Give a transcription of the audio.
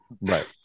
Right